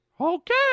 Okay